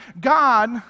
God